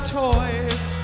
toys